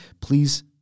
Please